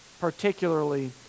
particularly